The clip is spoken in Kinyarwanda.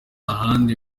handi